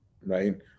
right